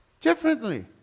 differently